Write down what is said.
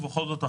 ובכל זאת,